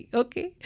okay